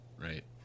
Right